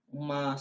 uma